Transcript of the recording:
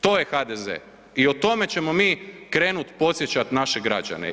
To je HDZ i o tome ćemo mi krenuti podsjećati naše građane.